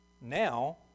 Now